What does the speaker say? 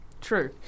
True